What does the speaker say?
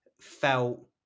felt